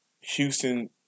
Houston